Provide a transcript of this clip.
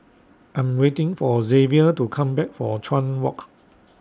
I Am waiting For Xavier to Come Back from Chuan Walk